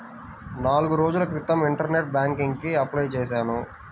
నాల్గు రోజుల క్రితం ఇంటర్నెట్ బ్యేంకింగ్ కి అప్లై చేశాను